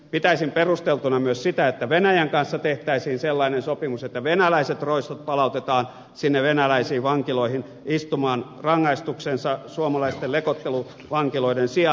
pitäisin perusteltuna myös sitä että venäjän kanssa tehtäisiin sellainen sopimus että venäläiset roistot palautetaan sinne venäläisiin vankiloihin istumaan rangaistuksensa suomalaisten lekotteluvankiloiden sijaan